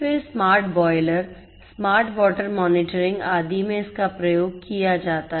फिर smart boiler smart water monitoring आदि में इसका प्रयोग किया जाता है